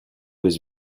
was